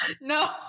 No